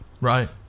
Right